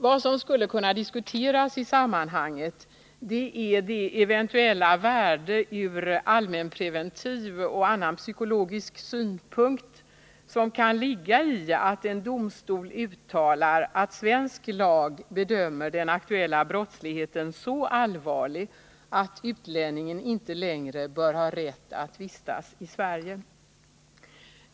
Vad som skulle kunna diskuteras i sammanhanget är det eventuella värde ur allmänpreventiv och annan psykologisk synpunkt som kan ligga i att en domstol uttalar att svensk lag bedömer den aktuella brottsligheten som så allvarlig att utlänningen inte längre bör ha rätt att vistas i Sverige.